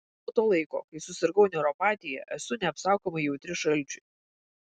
nuo to laiko kai susirgau neuropatija esu neapsakomai jautri šalčiui